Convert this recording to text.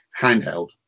handheld